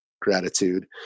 gratitude